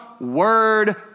word